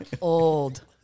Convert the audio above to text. old